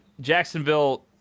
Jacksonville